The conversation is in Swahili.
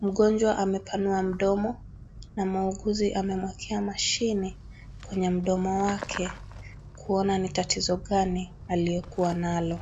mgonjwa amepanua mdomo na muuguzi amemuekea mashine kwenye mdomo wake kuona ni tatizo gani aliokua nalo.